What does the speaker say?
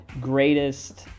greatest